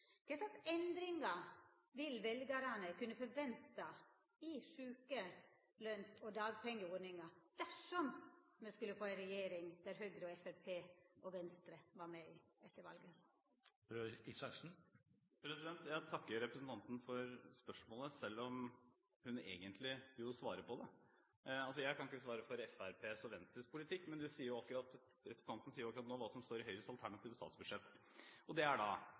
rikaste. Kva slags endringar vil veljarane kunne forventa i sjukeløns- og dagpengeordninga dersom me etter valet skulle få ei regjering der Høgre, Framstegspartiet og Venstre var med? Jeg takker representanten for spørsmålet, selv om hun jo egentlig svarer på det. Jeg kan ikke svare for Fremskrittspartiets og Venstres politikk, men representanten sier akkurat nå hva som står i Høyres alternative statsbudsjett. Det er da